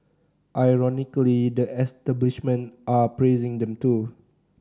ironically the establishment are praising them too